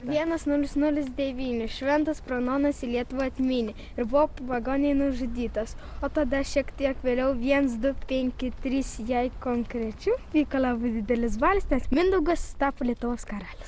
vienas nulis nulis devyni šventas brunonas į lietuvą atmynė ir buvo pagoniai nužudytas o tada šiek tiek vėliau viens du penki trys jei konkrečiau reikalavo didelės valios nes mindaugas tapo lietuvos karalius